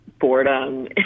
boredom